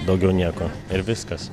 daugiau nieko ir viskas